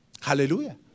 Hallelujah